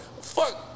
Fuck